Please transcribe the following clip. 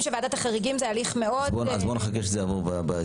שזה הליך מאוד- - נחכה שיעבור בהסדרים.